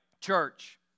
church